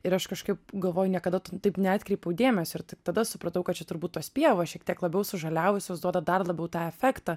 ir aš kažkaip galvoju niekada taip neatkreipiau dėmesio ir tik tada supratau kad čia turbūt tos pievos šiek tiek labiau sužaliavusios duoda dar labiau tą efektą